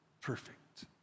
perfect